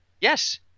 Yes